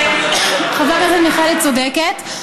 חברת הכנסת מיכאלי צודקת.